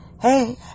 Hey